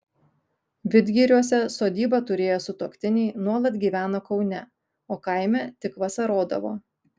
vidgiriuose sodybą turėję sutuoktiniai nuolat gyveno kaune o kaime tik vasarodavo